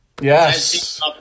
Yes